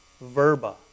verba